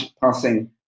passing